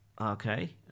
okay